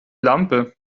lampe